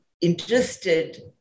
interested